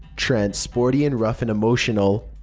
trent, sporty and rough and emotional,